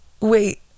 Wait